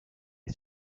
est